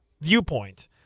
viewpoint